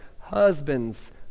Husbands